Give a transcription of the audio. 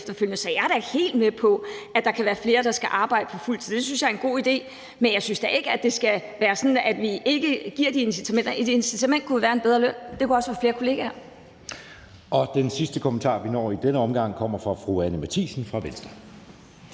Så jeg er da helt med på, at der kan være flere, der skal arbejde på fuld tid. Det synes jeg er en god idé, men jeg synes da ikke, det skal være sådan, at vi ikke giver dem incitamenter. Et incitament kunne jo være en bedre løn. Det kunne også være flere kollegaer. Kl. 13:52 Anden næstformand (Jeppe Søe): Den sidste kommentar, vi når i denne omgang, kommer fra fru Anni Matthiesen fra Venstre.